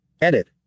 Edit